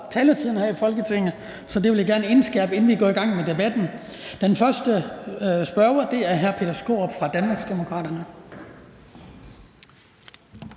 taletiderne her i Folketinget. Så det vil jeg gerne indskærpe at man gør, inden vi går i gang med debatten. Den første spørger er hr. Peter Skaarup fra Danmarksdemokraterne.